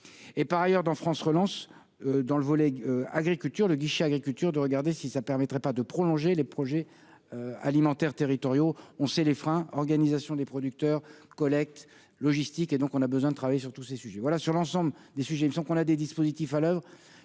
et par ailleurs dans France relance dans le volet agriculture le guichet agriculture de regarder si ça permettrait pas de prolonger les projets alimentaires territoriaux, on sait les freins Organisation des producteurs collecte logistique et donc on a besoin de travailler sur tous ces sujets, voilà sur l'ensemble des sujets disons qu'on a des dispositifs à l'oeuvre